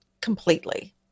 completely